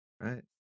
right